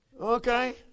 Okay